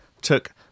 took